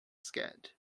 scared